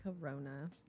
Corona